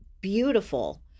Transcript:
beautiful